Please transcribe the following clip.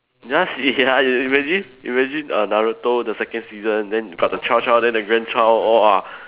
you want see ya you imagine imagine err Naruto the second season then got the child child then the grandchild !wah!